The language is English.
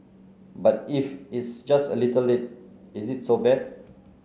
but if it's just a little late is it so bad